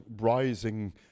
rising